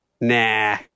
Nah